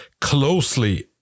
closely